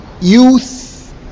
youth